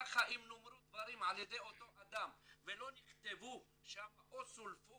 כך אם נאמרו דברים על ידי אותו אדם ולא נכתבו שם או סולפו